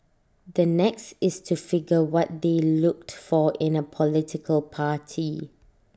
the next is to figure what they looked for in A political party